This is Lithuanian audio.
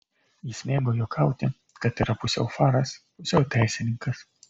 jis mėgo juokauti kad yra pusiau faras pusiau teisininkas